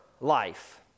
life